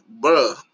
bruh